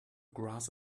grass